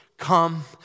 come